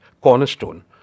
cornerstone